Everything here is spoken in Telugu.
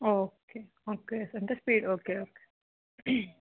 ఓకే ఓకే ఎంత స్పీడ్ ఓకే ఓకే